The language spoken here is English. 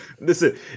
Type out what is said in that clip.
Listen